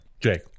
Jake